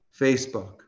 Facebook